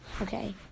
okay